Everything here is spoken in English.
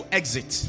exit